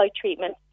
treatment